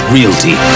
Realty